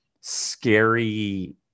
scary